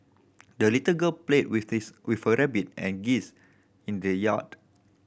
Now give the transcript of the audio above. the little girl played with this with her rabbit and geese in the yard